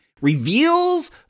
reveals